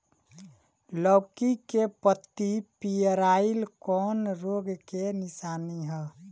लौकी के पत्ति पियराईल कौन रोग के निशानि ह?